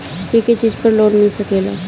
के के चीज पर लोन मिल सकेला?